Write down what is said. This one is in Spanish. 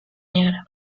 negra